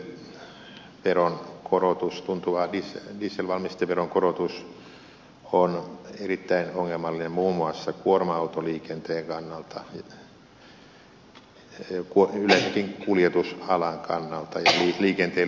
dieselin valmisteveron korotus on erittäin ongelmallinen muun muassa kuorma autoliikenteen kannalta yleensäkin kuljetusalan kannalta ja liikenteelle yleensäkin